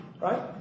right